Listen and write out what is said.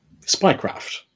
spycraft